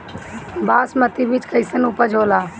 बासमती बीज कईसन उपज होला?